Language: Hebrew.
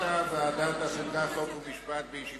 רצונה להחיל